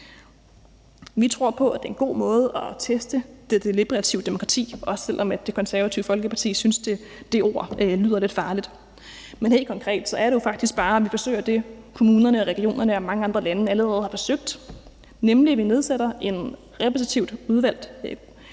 Vi tror på, at det er en god måde at teste det deliberative demokrati, også selv om Det Konservative Folkeparti synes, det ord lyder lidt farligt. Men helt konkret er det jo faktisk bare, at vi forsøger det, som kommunerne og regionerne og mange andre lande allerede har forsøgt, nemlig at vi nedsætter en repræsentativt udvalgt del